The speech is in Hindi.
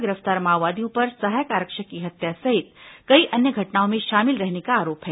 गिरफ्तार माओवादियों पर सहायक आरक्षक की हत्या सहित कई अन्य घटनाओं में शामिल रहने का आरोप है